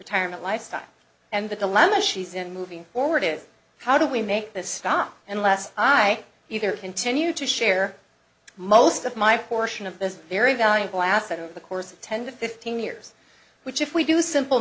retirement lifestyle and the dilemma she's in moving forward is how do we make this stop unless i continue to share most of my portion of this very valuable asset over the course of ten to fifteen years which if we do simple